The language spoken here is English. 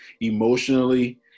emotionally